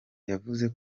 yavuze